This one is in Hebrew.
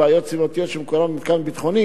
בעיות סביבתיות שמקורן במתקן ביטחוני